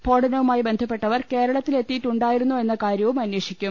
സ്ഫോടനവുമായി ബന്ധപ്പെട്ടവർ കേരളത്തിലെത്തിയിട്ടുണ്ടായിരുന്നോ എന്ന കാര്യവും അന്വേഷിക്കും